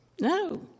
No